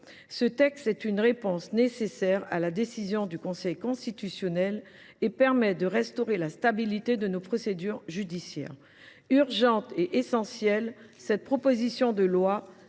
ce texte est une réponse nécessaire à la décision du Conseil constitutionnel, et son adoption permettra de restaurer la stabilité de nos procédures judiciaires. Urgent et essentiel, il répond aux